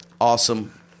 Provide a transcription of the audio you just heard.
Awesome